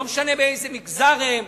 לא משנה מאיזה מגזר הם,